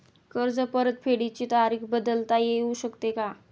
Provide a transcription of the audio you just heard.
कर्ज परतफेडीची तारीख बदलता येऊ शकते का?